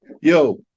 Yo